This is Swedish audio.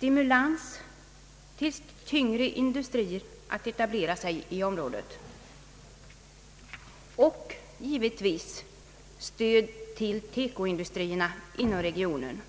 Vi behöver stimulans till tyngre industrier att etablera sig i området och naturligtvis stöd till Teko-industrierna inom regionen,